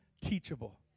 teachable